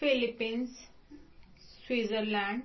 Philippines Switzerland